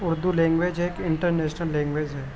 Urdu language ایک international language ہے